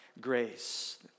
grace